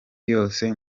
yose